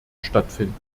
stattfinden